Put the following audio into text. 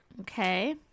Okay